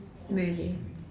really